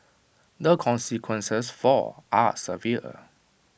the consequences for are severe